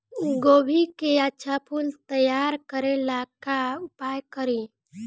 गोभी के अच्छा फूल तैयार करे ला का उपाय करी?